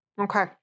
Okay